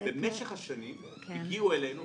במשך השנים הגיעו אלינו,